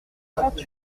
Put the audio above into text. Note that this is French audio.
trente